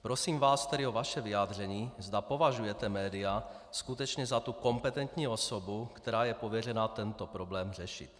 Prosím vás tedy o vaše vyjádření, zda považujete média skutečně za kompetentní osobu, která je pověřena tento problém řešit.